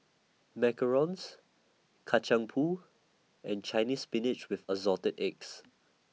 Macarons Kacang Pool and Chinese Spinach with Assorted Eggs